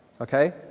Okay